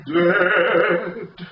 dead